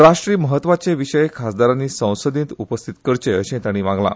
राष्ट्रीय महत्वाचे विषय खासदारानी संसदेत उपस्थित करचे अशेय ताणी मागला